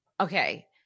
Okay